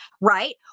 right